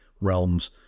realms